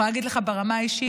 יכולה להגיד לך ברמה האישית